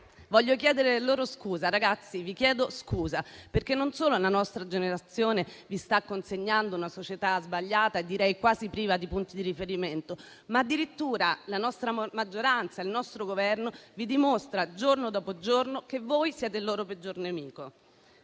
voglio chiedere loro scusa. Ragazzi, vi chiedo scusa, perché non solo la nostra generazione vi sta consegnando una società sbagliata e direi quasi priva di punti di riferimento, ma addirittura la nostra maggioranza, il nostro Governo, vi dimostra giorno dopo giorno che voi siete il loro peggior nemico.